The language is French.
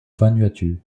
vanuatu